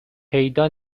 پیدا